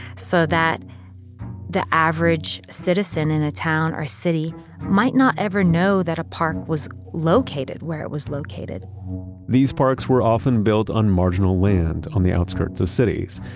so that the average citizen in a town or city might not ever know that a park was located where it was located these parks were often built on marginal land on the outskirts of cities.